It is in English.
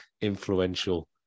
influential